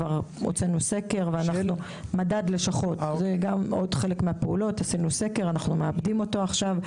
עשינו סקר ואנחנו מעבדים אותו עכשיו.